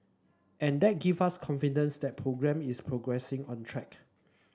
and that give us confidence that programme is progressing on track